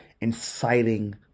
inciting